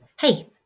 Hey